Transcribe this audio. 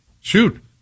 Shoot